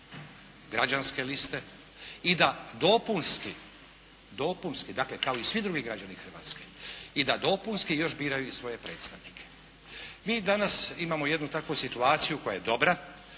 građanske liste i da dopunski, dakle kao i svi drugi građani Hrvatske i da dopunski još biraju i svoje predstavnike. Mi danas imamo jednu takvu situaciju koja je dobra,